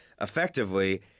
effectively